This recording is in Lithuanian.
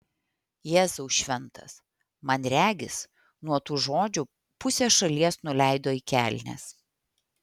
jėzau šventas man regis nuo tų žodžių pusė šalies nuleido į kelnes